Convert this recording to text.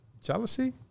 jealousy